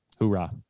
Hoorah